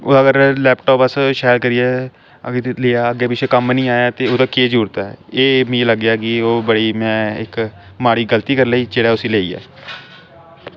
अगर लैपटाप अस शैल करियै अगर लेआ अग्गें पिच्छें कम्म निं आया ते ओह्दा केह् जरूरत ऐ एह् मिगी लग्गेआ कि ओह् बड़ी में इक्क माड़ी गलती करी लेई जेह्ड़ा उस्सी लेइयै